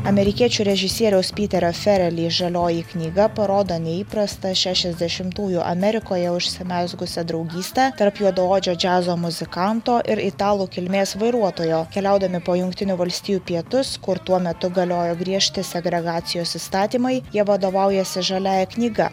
amerikiečių režisieriaus piterio fereli žalioji knyga parodo neįprastą šešiasdešimtųjų amerikoje užsimezgusią draugystę tarp juodaodžio džiazo muzikanto ir italų kilmės vairuotojo keliaudami po jungtinių valstijų pietus kur tuo metu galiojo griežti segregacijos įstatymai jie vadovaujasi žaliąja knyga